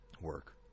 work